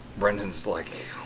brendan's like,